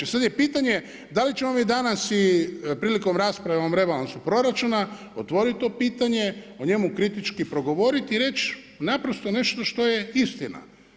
I sad je pitanje da li ćemo mi danas prilikom rasprave o ovom rebalansu proračuna otvorit to pitanje, o njemu kritički progovoriti i reći naprosto nešto što je istina.